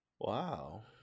Wow